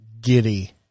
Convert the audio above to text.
giddy